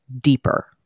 deeper